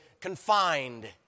confined